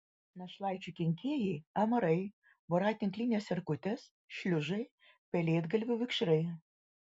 našlaičių kenkėjai amarai voratinklinės erkutės šliužai pelėdgalvių vikšrai